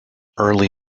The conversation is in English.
early